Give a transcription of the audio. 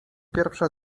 pierwsza